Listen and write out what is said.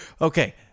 Okay